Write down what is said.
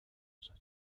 social